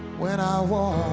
when i walk